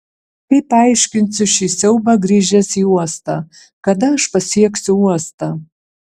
kaip paaiškinsiu šį siaubą grįžęs į uostą kada aš pasieksiu uostą